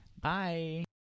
Bye